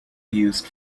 used